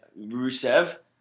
Rusev